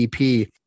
EP